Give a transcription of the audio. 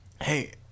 Hey